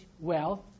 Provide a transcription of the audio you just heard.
wealth